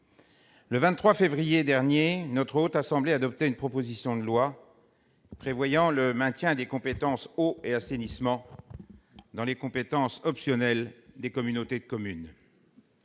Le 23 février dernier, la Haute Assemblée adoptait une proposition de loi prévoyant le maintien des compétences « eau et assainissement » dans les compétences optionnelles des communautés de communes.